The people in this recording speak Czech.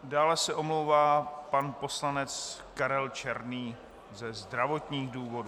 Dále se omlouvá pan poslanec Karel Černý ze zdravotních důvodů.